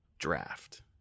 draft